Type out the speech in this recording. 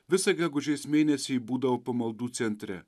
visą gegužės mėnesį ji būdavo pamaldų centre